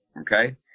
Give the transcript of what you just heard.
okay